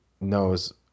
knows